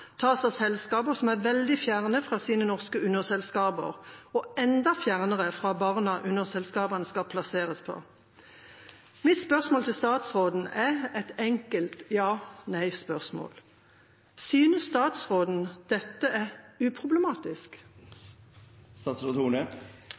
tas av selskaper som er veldig fjernt fra sine norske underselskaper, og enda fjernere fra barna som skal plasseres hos underselskapene. Mitt spørsmål til statsråden er et enkelt ja/nei-spørsmål: Synes statsråden dette er uproblematisk?